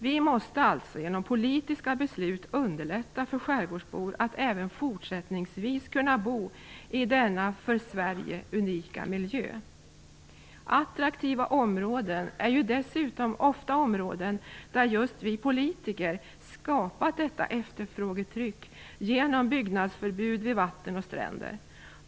Vi måste alltså genom politiska beslut underlätta för skärgårdsbor att även fortsättningsvis kunna bo i denna för Sverige unika miljö. Attraktiva områden är dessutom ofta områden där just vi politiker skapat detta efterfrågetryck genom byggnadsförbud vid vatten och stränder.